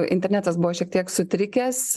internetas buvo šiek tiek sutrikęs